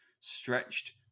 stretched